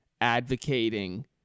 advocating